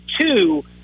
two